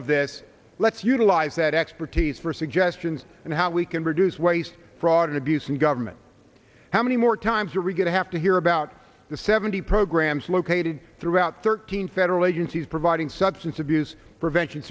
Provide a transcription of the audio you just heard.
of this let's utilize that expertise for suggestions and how we can reduce waste fraud and abuse in government how many more times are we going to have to hear about the seventy programs located throughout thirteen federal agencies providing substance abuse prevention